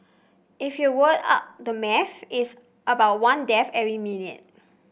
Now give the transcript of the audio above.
if you work out the maths it's about one death every minute